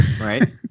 right